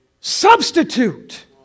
substitute